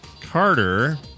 Carter